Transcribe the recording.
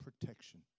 protection